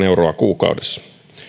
euroa kuukaudessa